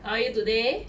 how are you today